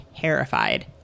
terrified